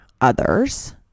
others